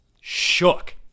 shook